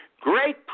great